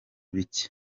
bike